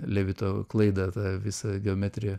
levito klaidą tą visą geometriją